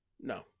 no